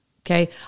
Okay